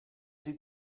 sie